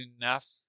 enough